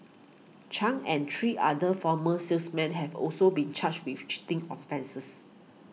Chung and three other former salesmen have also been charged with cheating offences